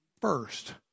first